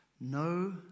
no